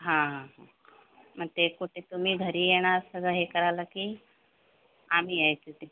हां हां मग ते कुठे तुम्ही घरी येणार सगळं हे करायला की आम्ही यायचं तिथे